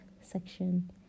section